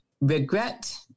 regret